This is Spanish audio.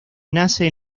nace